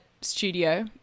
studio